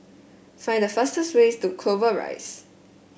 find the fastest way to Clover Rise